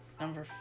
number